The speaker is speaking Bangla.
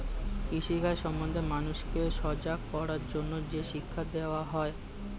কৃষি কাজ সম্বন্ধে মানুষকে সজাগ করার জন্যে যে শিক্ষা দেওয়া হয়